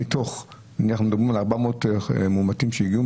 נניח אנחנו מדברים על 400 מאומתים שהגיעו,